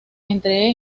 entre